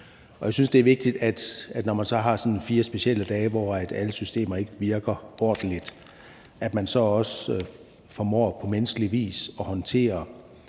det er vigtigt, at man, når man så har sådan fire specielle dage, hvor alle systemer ikke virker ordentligt, så også formår på menneskelig vis at håndtere,